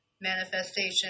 manifestation